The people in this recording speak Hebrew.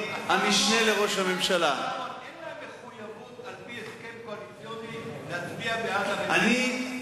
אין להם מחויבות על-פי הסכם קואליציוני להצביע בעד הממשלה,